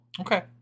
Okay